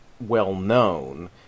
well-known